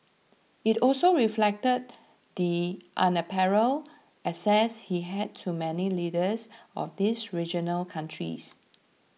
it also reflected the unparalleled access he had to many leaders of these regional countries